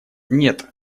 нет